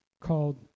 called